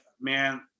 man